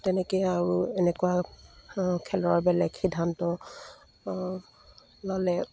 তেনেকে আৰু এনেকুৱা খেলৰ বেলেগ সিদ্ধান্ত ল'লে